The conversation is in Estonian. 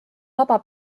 vaba